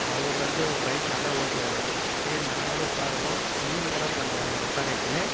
அவர் வந்து பைக் நல்லா ஓட்டுவார் சரி நாங்களும் உக்காருவோம் வீலிங்கெலாம் பண்ணுவார் எங்களை உக்கார வச்சினு